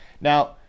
now